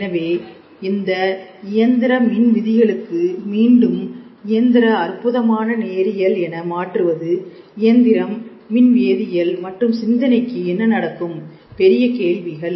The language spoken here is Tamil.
எனவே இந்த இயந்திர மின் விதிகளுக்கு மீண்டும் இயந்திர அற்புதமான நேரியல் என மாற்றுவது இயந்திரம் மின் வேதியியல் மற்றும் சிந்தனைக்கு என்ன நடக்கும் பெரிய கேள்விகள்